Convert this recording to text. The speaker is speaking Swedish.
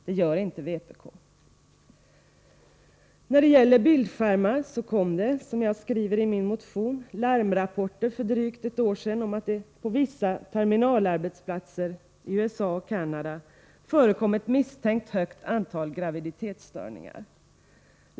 Det gör inte vpk. När det gäller bildskärmar kom det, som jag skriver i min motion, larmrapporter för drygt ett år sedan om att det på vissa terminalarbetsplatser i USA och Canada förekom ett misstänkt högt antal graviditetsstörningar.